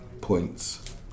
points